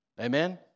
Amen